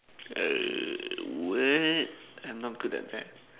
err what I'm not good at that